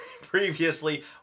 previously